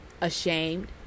ashamed